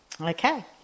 Okay